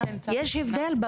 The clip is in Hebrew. יש הבדל.